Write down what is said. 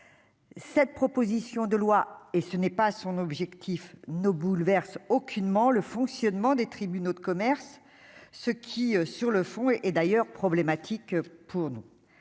cette proposition de loi et ce n'est pas son objectif ne bouleverse aucunement le fonctionnement des tribunaux de commerce, ce qui sur le fond et et d'ailleurs problématique pour nous,